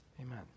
Amen